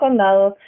condado